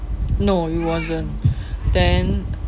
no it wasn't then